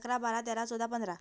इकरा बारा तेरा चवदा पंदरा